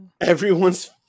everyone's